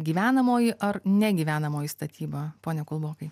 gyvenamoji ar negyvenamoji statyba pone kūlokai